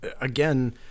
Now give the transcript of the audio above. again